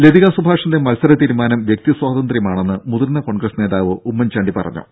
ലതികാ സുഭാഷിന്റെ മത്സര തീരുമാനം വ്യക്തി സ്വാതന്ത്ര്യമാണെന്ന് മുതിർന്ന കോൺഗ്രസ് നേതാവ് ഉമ്മൻചാണ്ടി പറഞ്ഞു